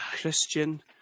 Christian